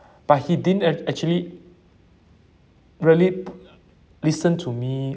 but he didn't ac~ actually really uh listen to me